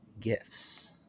gifts